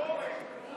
אורן?